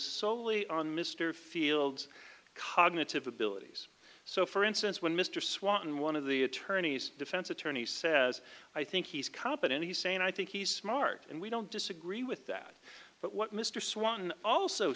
solely on mr field's cognitive abilities so for instance when mr swan one of the attorneys defense attorney says i think he's competent he's sane i think he's smart and we don't disagree with that but what mr swan also